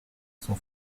son